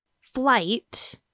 Flight